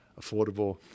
affordable